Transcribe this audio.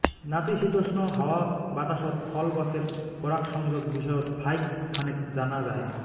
নাতিশীতোষ্ণ হাওয়া বাতাসত ফল গছের পরাগসংযোগ বিষয়ত ফাইক খানেক জানা যায়